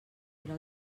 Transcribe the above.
era